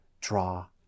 draw